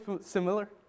similar